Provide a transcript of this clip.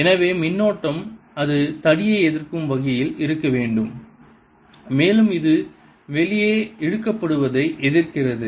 எனவே மின்னோட்டம் அது தடியை எதிர்க்கும் வகையில் இருக்க வேண்டும் மேலும் இது வெளியே இழுக்கப்படுவதை எதிர்க்கிறது